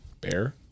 Bear